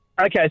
Okay